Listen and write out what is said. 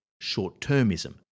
short-termism